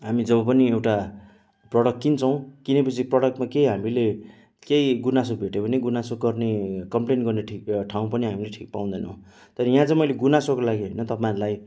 हामी जब पनि एउटा प्रडक्ट किन्छौँ किनेपछि प्रडक्टमा केही हामीले केही गुनासो भेट्यो भने गुनासो गर्ने कम्प्लेन गर्ने ठिक ठाउँ पनि हामीले ठिक पाउँदैनौँ तर यहाँ चाहिँ मैले गुनासोको लागि होइन तपाईँहरूलाई